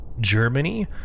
Germany